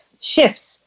shifts